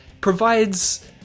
provides